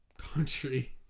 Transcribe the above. country